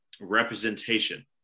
representation